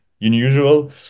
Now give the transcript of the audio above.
unusual